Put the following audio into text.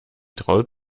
traut